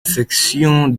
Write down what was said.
section